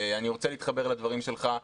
אני רוצה להתחבר לדברים שלך,